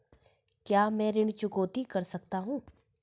क्या मैं ऋण चुकौती कम कर सकता हूँ?